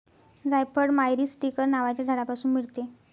जायफळ मायरीस्टीकर नावाच्या झाडापासून मिळते